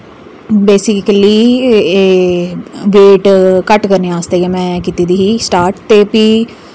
basically एह् weight घट करने आस्तै गै में कीती दी ही स्टार्ट ते फ्ही